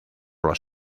los